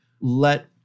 let